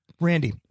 randy